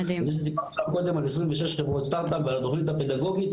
זה שסיפרתי לך קודם על 26 חברות סטארט-אפ ועל התוכנית הפדגוגית,